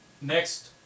Next